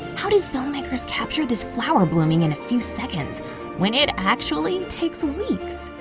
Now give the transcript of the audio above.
how do filmmakers capture this flower blooming in a few seconds when it actually takes weeks?